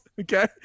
Okay